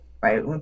right